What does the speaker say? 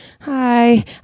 hi